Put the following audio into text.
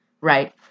Right